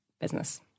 business